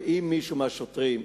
ואם מישהו מהשוטרים,